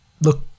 look